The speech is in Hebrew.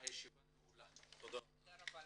הישיבה ננעלה בשעה 11:40.